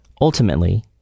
Ultimately